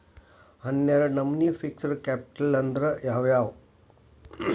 ಹನ್ನೆರ್ಡ್ ನಮ್ನಿ fixed capital ಅಂದ್ರ ಯಾವವ್ಯಾವು?